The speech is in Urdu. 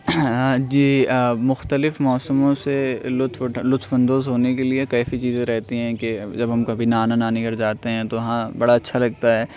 جی مختلف موسموں سے لطف لطف اندوز ہونے کے لیے کیسی چیزیں رہتی ہیں کہ جب ہم کبھی نانا نانی کے گھر جاتے ہیں تو ہاں بڑا اچھا لگتا ہے